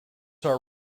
are